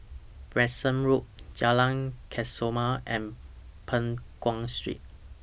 Branksome Road Jalan Kesoma and Peng Nguan Street